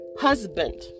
husband